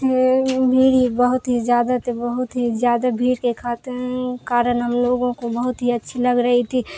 تھی بھیڑ بہت ہی زیادہ تھی بہت ہی زیادہ بھیڑ کے خاطر کارن ہم لوگوں کو بہت ہی اچھی لگ رہی تھی